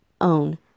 own